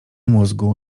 mózgu